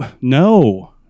No